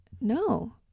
No